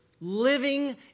living